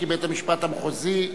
כי בית-המשפט המחוזי,